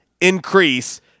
increase